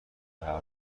هوا